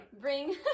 Bring